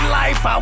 life